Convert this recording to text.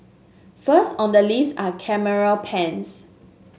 first on the list are camera pens